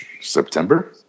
September